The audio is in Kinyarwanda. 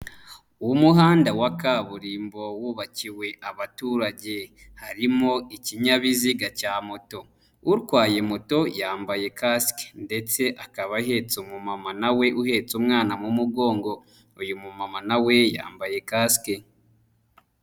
Uwo muhanda wa kaburimbo wubakiwe abaturage harimo ikinyabiziga cya moto, utwaye moto yambaye kasike ndetse akaba ahetse umumama na we uhetse umwana mu mugongo, uyu mumama na we yambaye kasike.